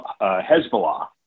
Hezbollah